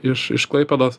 iš iš klaipėdos